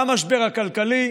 במשבר הכלכלי,